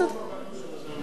רוב עמלו של אדם בידו.